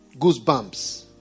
goosebumps